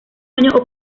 año